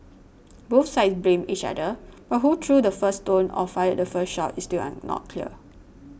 both sides blamed each other but who threw the first stone or fired the first shot is still an not clear